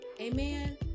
Amen